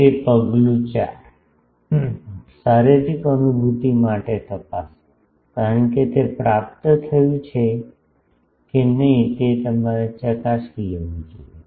તે પગલું 4 શારીરિક અનુભૂતિ માટે તપાસો કારણ કે તે પ્રાપ્ત થયું છે કે નહીં તે તમે ચકાસી લેવું જોઈએ